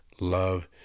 love